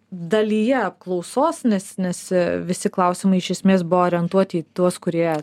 dalyje apklausos nes nes visi klausimai iš esmės buvo orientuoti į tuos kurie